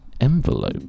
envelope